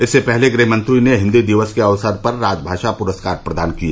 इससे पहले गृहमंत्री ने हिन्दी दिवस के अवसर पर राजभाषा पुरस्कार प्रदान किए